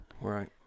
Right